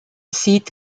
sieht